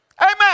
Amen